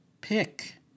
pick